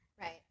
Right